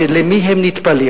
ולמי הם נטפלים?